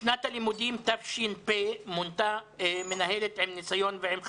בשנת הלימודים תש"ף מונתה מנהלת עם ניסיון ועם חזון,